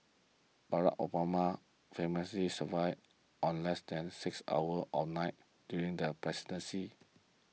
Barack Obama famously survived on less than six hours a night during the presidency